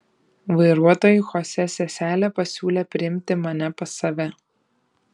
vairuotojui chosė seselė pasiūlė priimti mane pas save